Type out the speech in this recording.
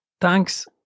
thanks